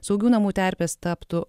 saugių namų terpės taptų